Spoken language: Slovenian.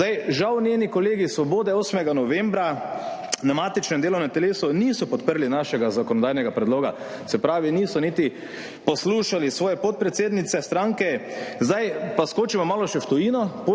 Žal njeni kolegi iz Svobode 8. novembra na matičnem delovnem telesu niso podprli našega zakonodajnega predloga, se pravi, niso niti poslušali svoje podpredsednice stranke. Zdaj pa skočimo še malo v tujino.